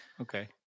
okay